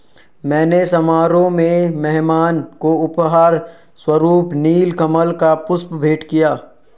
मैंने समारोह में मेहमान को उपहार स्वरुप नील कमल का पुष्प भेंट किया